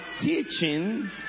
teaching